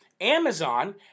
Amazon